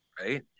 Right